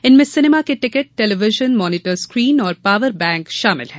इनमें सिनेमा के ticket television monitor screen और पॉवर बैंक शामिल हैं